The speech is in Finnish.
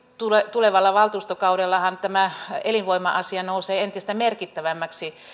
tulevalla valtuustokaudellahan tämä elinvoima asia nousee entistä merkittävämmäksi